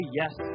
yes